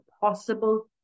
possible